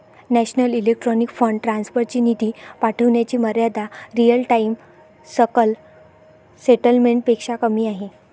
national electronic fund transfer ची निधी पाठविण्याची मर्यादा रिअल टाइम सकल सेटलमेंट पेक्षा कमी आहे